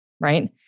right